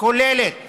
כוללת